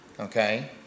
Okay